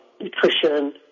nutrition